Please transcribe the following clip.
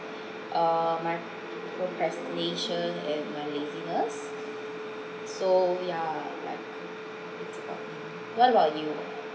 err my procrastination and my laziness so ya like it's about um what about you